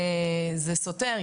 זה סותר.